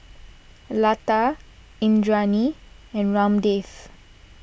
Lata Indranee and Ramdev